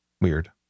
weird